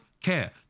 care